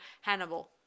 Hannibal